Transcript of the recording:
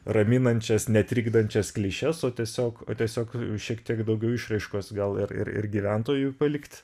raminančias netrikdančias klišes o tiesiog tiesiog šiek tiek daugiau išraiškos gal ir ir ir gyventojų palikt